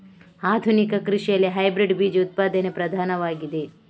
ಆಧುನಿಕ ಕೃಷಿಯಲ್ಲಿ ಹೈಬ್ರಿಡ್ ಬೀಜ ಉತ್ಪಾದನೆ ಪ್ರಧಾನವಾಗಿದೆ